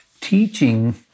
teaching